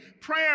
prayer